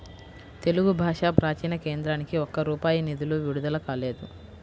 తెలుగు భాషా ప్రాచీన కేంద్రానికి ఒక్క రూపాయి నిధులు విడుదల కాలేదు